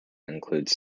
includes